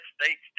states